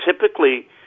Typically